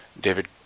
David